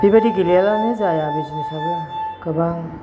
बेबायदि गेलेयाब्लानो जाया बिजनेसआबो गोबां